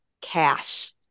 cash